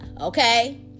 okay